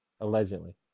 Allegedly